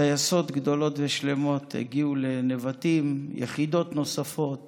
טייסות גדולות ושלמות הגיעו לנבטים, יחידות נוספות